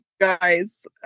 guys